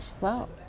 Wow